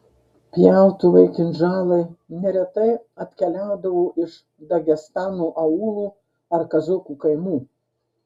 pjautuvai kinžalai neretai atkeliaudavo iš dagestano aūlų ar kazokų kaimų